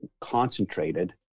concentrated